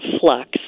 flux